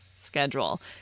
Schedule